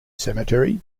cemetery